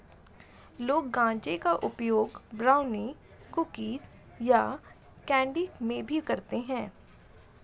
लोग गांजे का उपयोग ब्राउनी, कुकीज़ या कैंडी में भी करते है